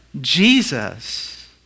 Jesus